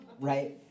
right